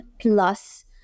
plus